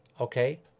okay